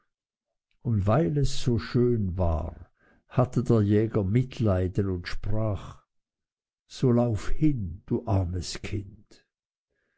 und weil es so schön war hatte der jäger mitleid und sprach so lauf hin du armes kind